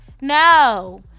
No